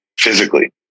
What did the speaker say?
physically